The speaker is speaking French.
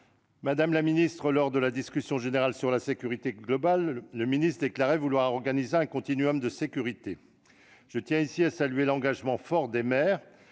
Madame la ministre, lors de la discussion générale sur la loi relative à la sécurité globale, le ministre déclarait vouloir organiser un continuum de sécurité. Je tiens ici à saluer l'engagement fort des maires